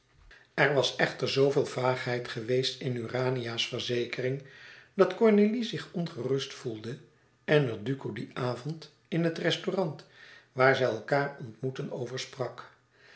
er was echter zooveel vaagheid geweest in urania's verzekering dat cornélie zich ongerust voelde en er duco dien avond in den restaurant waar zij elkaâr ontmoetten over sprak